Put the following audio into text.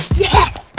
yes